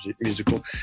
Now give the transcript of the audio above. musical